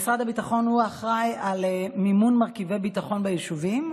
משרד הביטחון הוא האחראי למימון מרכיבי ביטחון ביישובים,